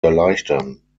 erleichtern